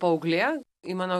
paauglė į mano